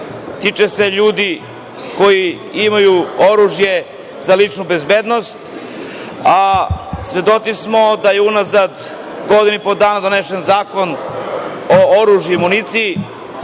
tiče se ljudi koji imaju oružje za ličnu bezbednost, a svedoci smo da je unazad godinu i po dana donet Zakon o oružju i municiji,